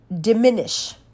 diminish